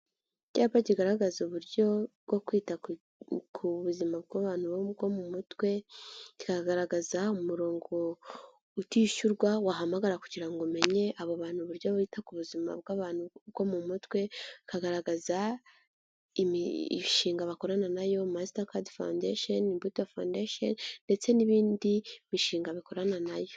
Icyapa kigaragaza uburyo bwo kwita ku buzima bw'abantu bwo mu mutwe kigaragaza umurongo utishyurwa wahamagara kugira ngo umenye abo bantu uburyo wita ku buzima bw'abantu bwo mu mutwe kikagaragaza imishinga bakorana nayo masitakadi fondesheni imbuto fondesheni ndetse n'ibindi bishinga bikorana nayo.